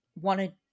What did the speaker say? wanted